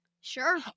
Sure